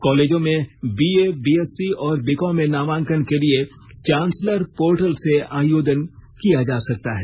कालेजों में BA BSc और बीकॉम में नामांकन के लिए चांसलर पोर्टल से आवेदन किया जा सकता है